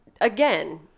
Again